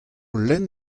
lenn